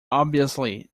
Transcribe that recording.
obviously